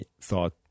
thought